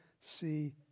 see